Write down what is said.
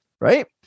right